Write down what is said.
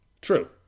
True